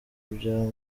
bya